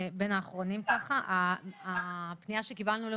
בין האחרונים: הפנייה שקיבלנו,